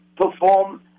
perform